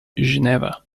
geneva